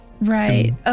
right